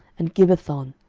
and gibbethon,